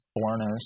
foreigners